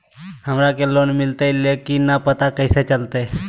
हमरा के लोन मिलता ले की न कैसे पता चलते?